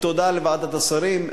תודה לוועדת השרים,